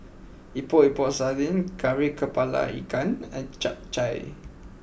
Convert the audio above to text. Epok Epok Sardin Kari Kepala Ikan and Chap Chai